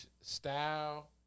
style